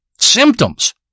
Symptoms